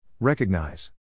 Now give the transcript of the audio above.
Recognize